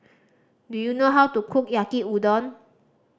do you know how to cook Yaki Udon